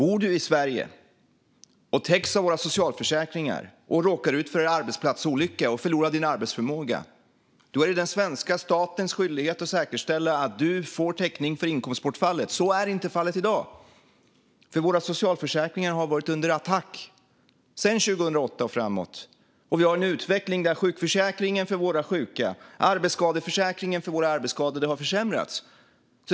Om du bor i Sverige och täcks av våra socialförsäkringar och råkar ut för en arbetsplatsolycka och förlorar din arbetsförmåga är det den svenska statens skyldighet att säkerställa att du får täckning för inkomstbortfallet. Så är inte fallet i dag. Våra socialförsäkringar har varit under attack sedan 2008 och framåt. Vi har en utveckling där sjukförsäkringen för de sjuka och arbetsskadeförsäkringen för de arbetsskadade har försämrats.